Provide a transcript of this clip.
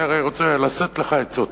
אני הרי רוצה להשיא לך עצות.